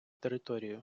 територію